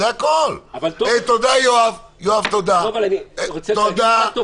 תודה, יואב -- אבל אני רוצה -- תודה.